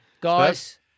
Guys